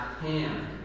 hand